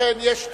לא.